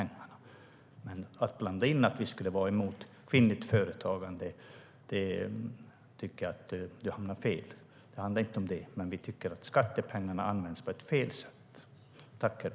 När du blandar in att vi skulle vara emot kvinnligt företagande tycker jag att du hamnar fel, Helena Lindahl. Det handlar inte om det, utan vi tycker att skattepengarna används på fel sätt.